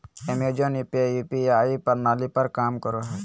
Amazon pay UPI प्रणाली पर काम करो हय